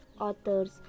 authors